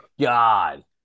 god